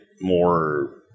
more